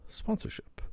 sponsorship